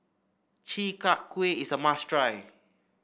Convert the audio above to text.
Chi Kak Kuih is a must try